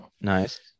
Nice